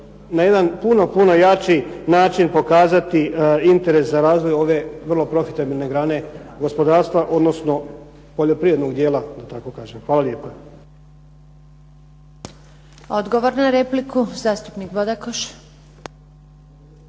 na jedan puno, puno jači način pokazati interes za razvoj ove vrlo profitabilne grane gospodarstva, odnosno poljoprivrednog dijela da tako kažem. Hvala lijepa. **Antunović, Željka (SDP)** Odgovor na repliku, zastupnik Bodakoš.